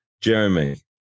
Jeremy